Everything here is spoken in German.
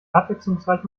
abwechslungsreich